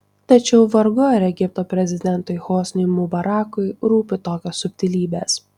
tačiau vargu ar egipto prezidentui hosniui mubarakui rūpi tokios subtilybės